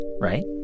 right